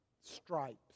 stripes